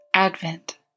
Advent